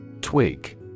Twig